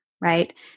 right